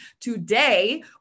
today